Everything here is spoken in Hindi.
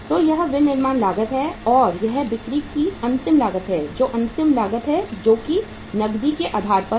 तो यह विनिर्माण लागत है और यह बिक्री की अंतिम लागत है जो अंतिम लागत है जोकि नकदी के आधार पर है